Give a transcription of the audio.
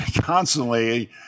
constantly